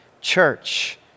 church